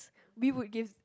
we would give